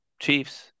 Chiefs